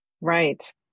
right